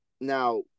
Now –